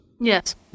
Yes